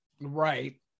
Right